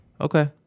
Okay